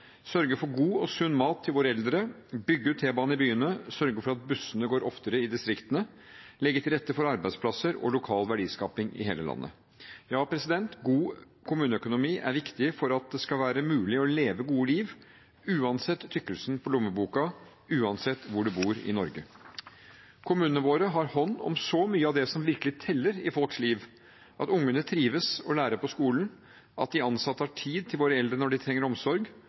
sørge for god og sunn mat til våre eldre, bygge ut T-bane i byene, sørge for at bussene går oftere i distriktene, og legge til rette for arbeidsplasser og lokal verdiskaping i hele landet. Ja, god kommuneøkonomi er viktig for at det skal være mulig å leve gode liv, uansett tykkelsen på lommeboka, uansett hvor du bor i Norge. Kommunene våre har hånd om så mye av det som virkelig teller i folks liv – at ungene trives og lærer på skolen, at de ansatte har tid til våre eldre når de trenger omsorg,